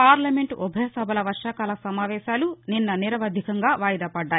parliament ఉభయసభల వర్వాకాల సమావేశాలు నిన్న నిరవధికంగా వాయిదాపడ్డాయి